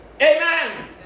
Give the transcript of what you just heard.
Amen